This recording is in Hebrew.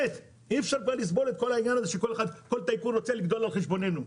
אי אפשר לסבול את כל העניין הזה שכל טייקון רוצה לגדול על חשבוננו.